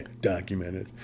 documented